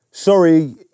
Sorry